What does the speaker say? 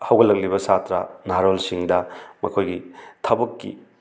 ꯍꯧꯒꯠꯂꯛꯂꯤꯕ ꯁꯥꯇ꯭ꯔ ꯅꯍꯥꯔꯣꯟꯁꯤꯡꯗ ꯃꯈꯣꯏꯒꯤ ꯊꯕꯛꯀꯤ